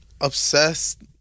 obsessed